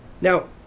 Now